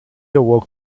awoke